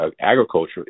agriculture